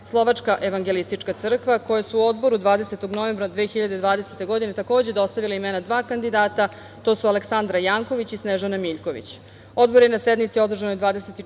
Slovačka evangelistička crkva, koje su Odboru 20. novembra 2020. godine takođe dostavile imena dva kandidata, to su Aleksandra Janković i Snežana Miljković. Odbor je na sednici 24.